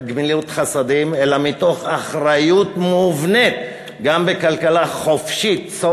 גמילות חסדים אלא מתוך אחריות מובנית גם בכלכלה חופשית,